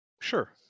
sure